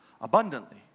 abundantly